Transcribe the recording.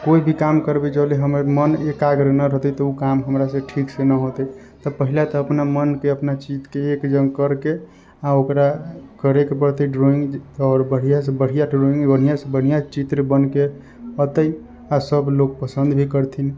कोइ भी काम करबै जाहि लेल मन हमर एकाग्र नहि रहतै तऽ उ काम हमरासँ ठीकसँ नहि हौते तऽ पहिले तऽ अपना मनके अपना चित्तके एक जगह करके आओर ओकरा करैके पड़ते ड्रॉइंग आओर बढ़िआँसँ बढ़िआँ ड्रॉइंग बढ़िआँसँ बढ़िआँ चित्र बनके औतै आओर सभ लोक पसन्द भी करथिन